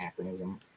acronym